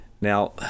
Now